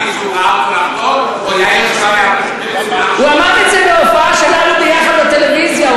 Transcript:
זה, הוא אמר את זה בהופעה שלנו ביחד בטלוויזיה.